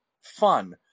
fun